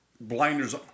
blinders